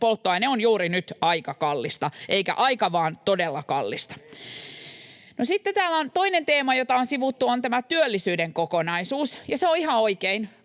polttoaine on juuri nyt aika kallista, ei vaan todella kallista. No sitten toinen teema, jota on täällä sivuttu, on tämä työllisyyden kokonaisuus, ja se on ihan oikein,